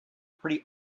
pretty